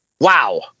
wow